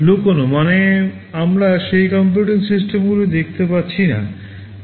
লুকানো মানে আমরা সেই কম্পিউটিং সিস্টেমগুলি দেখতে পাচ্ছি না